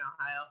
Ohio